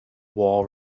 wall